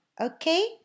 Okay